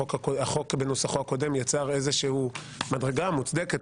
והחוק בנוסחו הקודם יצר איזושהי מדרגה מוצדקת,